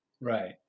Right